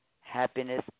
happiness